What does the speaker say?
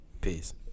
Peace